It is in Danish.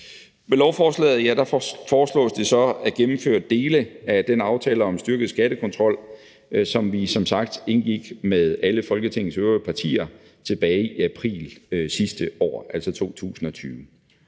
Med lovforslaget foreslås det så at gennemføre dele af den aftale om styrket skattekontrol, som vi som sagt indgik med alle Folketingets øvrige partier tilbage i april sidste år, altså 2020.